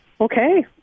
okay